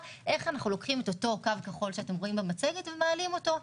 היא איך אנחנו לוקחים את אותו קו כחול במצגת ומעלים אותו.